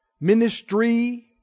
ministry